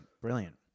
brilliant